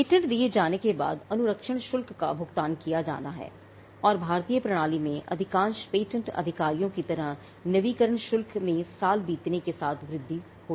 patent दिए जाने के बाद अनुरक्षण शुल्क का भुगतान किया जाना है और भारतीय प्रणाली में अधिकांश पेटेंट अधिकारियों की तरह नवीकरण शुल्क में साल बीतने के साथ वृद्धि होती है